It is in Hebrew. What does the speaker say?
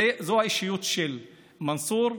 זאת האישיות של מנסור: